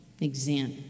exempt